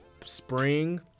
spring